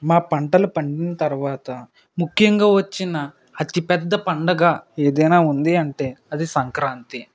మా పంటలు పండిన తర్వాత ముఖ్యంగా వచ్చిన అతిపెద్ద పండుగ ఏదైనా ఉంది అంటే అది సంక్రాంతి